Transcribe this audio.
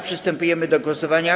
Przystępujemy do głosowania.